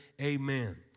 amen